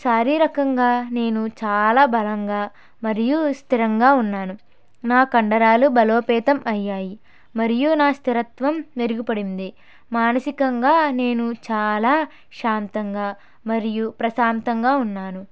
శారీరకంగా నేను చాలా బలంగా మరియు స్థిరంగా ఉన్నాను నా కండరాలు బలోపేతం అయ్యాయి మరియు నా స్థిరత్వం మెరుగుపడింది మానసికంగా నేను చాలా శాంతంగా మరియు ప్రశాంతంగా ఉన్నాను